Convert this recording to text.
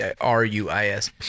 R-U-I-S